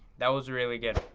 that was really good.